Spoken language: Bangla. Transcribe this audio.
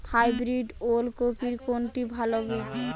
হাইব্রিড ওল কপির কোনটি ভালো বীজ?